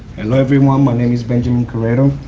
hello everyone my name is benjamin carrero.